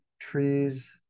trees